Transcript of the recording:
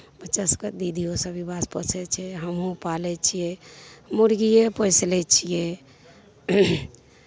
बच्चा सभकेँ दिदिओसभ ई बास पोसै छै हमहूँ पालै छिए मुरगिए पोसि लै छिए